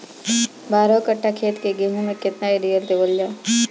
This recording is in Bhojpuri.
बारह कट्ठा खेत के गेहूं में केतना यूरिया देवल जा?